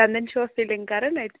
دَنٛدن چھِوا فِلِنٛگ کَران اَتہِ